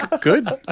good